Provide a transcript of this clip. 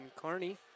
Carney